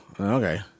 okay